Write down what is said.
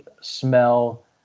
smell